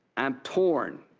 i'm torn.